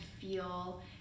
feel